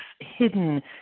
hidden